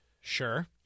Sure